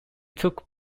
took